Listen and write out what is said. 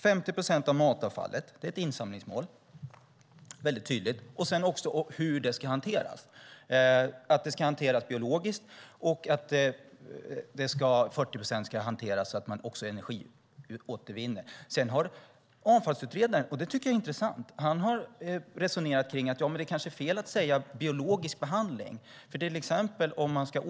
Det står tydligt på s. 8 i betänkandet. Det står också hur det ska hanteras, att det ska hanteras biologiskt och att 40 procent ska hanteras så att man även energiåtervinner. Sedan har avfallsutredaren resonerat kring att det kanske är fel att tala om biologisk behandling, vilket jag tycker är intressant.